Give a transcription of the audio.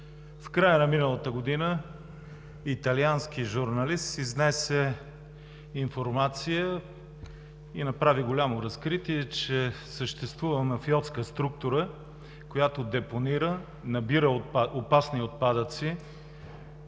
В края на миналата година италиански журналист изнесе информация и направи голямо разкритие, че съществува мафиотска структура, която депонира, набира опасни отпадъци,